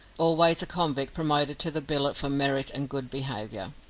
always a convict promoted to the billet for merit and good behaviour.